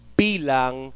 bilang